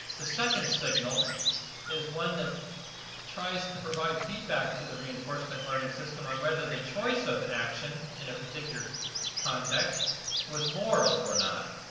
the second signal is one that tries to provide feedback to the reinforcement learning system on whether the choice of an action in a particular context was moral or not.